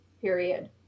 period